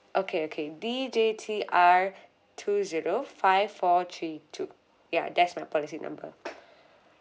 okay okay D J T R two zero five four three two ya that's my policy number